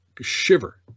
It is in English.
shiver